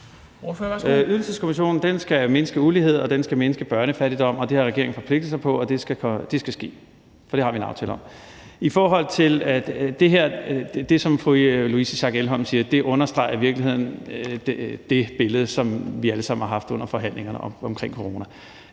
Ydelseskommissionen skal mindske ulighed, og den skal mindske børnefattigdom. Det har regeringen forpligtet sig på, og det skal ske, for det har vi en aftale om. Det her, som fru Louise Schack Elholm siger, understreger i virkeligheden det billede, som vi alle sammen har haft under forhandlingerne omkring corona